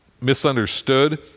misunderstood